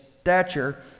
stature